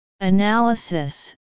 Analysis